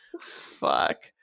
Fuck